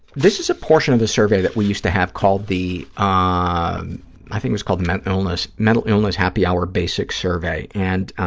this is a portion of a survey that we used to have called the, ah i think it was called the mental illness mental illness happy hour basic survey, and